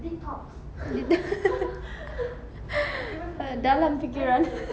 dalam fikiran